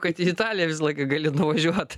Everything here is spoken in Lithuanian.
kad į italiją visą laiką gali nuvažiuot